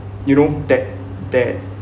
you know that that